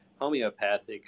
homeopathic